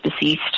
deceased